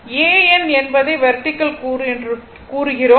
A N என்பதை vertical கூறு என்று கூறுகிறோம்